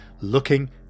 looking